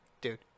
Dude